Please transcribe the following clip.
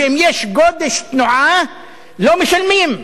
אם יש גודש תנועה לא משלמים.